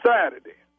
Saturday